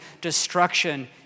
destruction